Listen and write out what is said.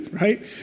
Right